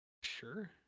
Sure